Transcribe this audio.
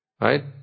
right